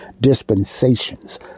dispensations